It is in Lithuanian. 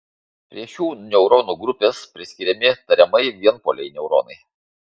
prie šių neuronų grupės priskiriami tariamai vienpoliai neuronai